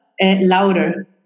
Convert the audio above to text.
louder